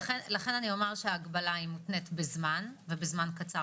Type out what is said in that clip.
לכן ההגבלה מותנה בזמן קצר,